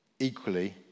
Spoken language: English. Equally